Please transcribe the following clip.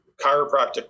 chiropractic